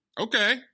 Okay